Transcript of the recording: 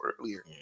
earlier